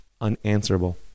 unanswerable